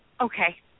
Okay